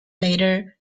later